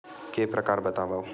के प्रकार बतावव?